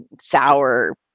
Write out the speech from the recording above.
sour